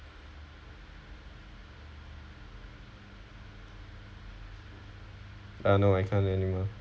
uh no I can't anymore